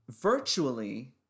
Virtually